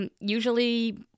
Usually